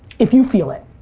if you feel it.